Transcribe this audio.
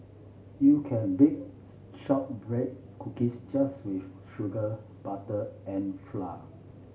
you can bake shortbread cookies just with sugar butter and flour